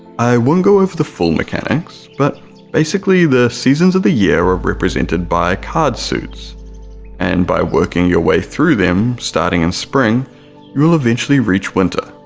i won't go into the full mechanics, but basically the seasons of the year are represented by card suits and by working your way through them starting in spring you'll eventually reach winter.